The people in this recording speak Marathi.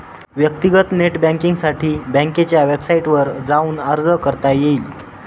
व्यक्तीगत नेट बँकींगसाठी बँकेच्या वेबसाईटवर जाऊन अर्ज करता येईल